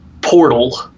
Portal